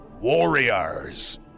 Warriors